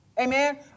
Amen